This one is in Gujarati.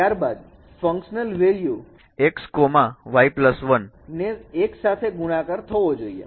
ત્યારબાદ ફંકશનલ વેલ્યુ x y1 ને એક સાથે ગુણાકાર થવો જોઈએ